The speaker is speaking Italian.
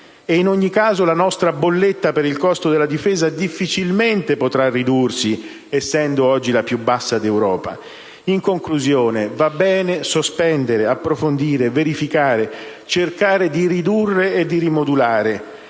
e in ogni caso la nostra bolletta per il costo della difesa difficilmente potrà ridursi, essendo oggi la più bassa d'Europa. In conclusione, va bene sospendere, approfondire, verificare, cercare di ridurre e di rimodulare,